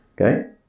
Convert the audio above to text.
Okay